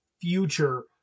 future